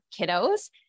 kiddos